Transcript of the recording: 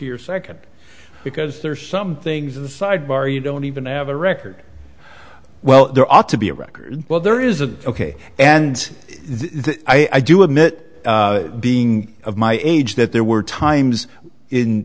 your second because there are some things in the sidebar you don't even have a record well there ought to be a record well there is a and i do admit being of my age that there were times in